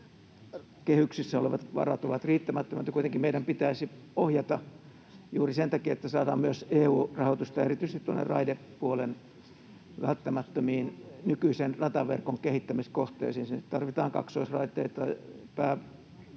kehyksissä olevat varat ovat riittämättömät, ja kuitenkin meidän pitäisi ohjata juuri sen takia, että saadaan myös EU-rahoitusta erityisesti raidepuolen välttämättömiin nykyisen rataverkon kehittämiskohteisiin. Sinne tarvitaan kaksoisraiteita